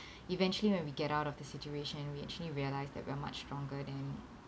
eventually when we get out of the situation we actually realise that we're much stronger than